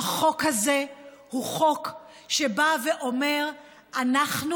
החוק הזה הוא חוק שבא ואומר: אנחנו